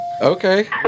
Okay